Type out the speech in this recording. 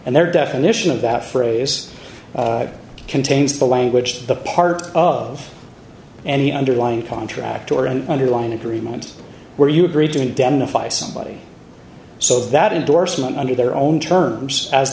and their definition of that phrase contains the language the part of any underlying contract or an underlying agreement where you agreed to indemnify somebody so that endorsement under their own terms as